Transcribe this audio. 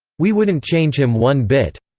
we wouldn't change him one bit.